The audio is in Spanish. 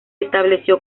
estableció